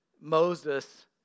Moses